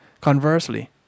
Conversely